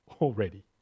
already